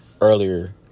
earlier